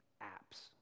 App's